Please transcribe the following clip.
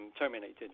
terminated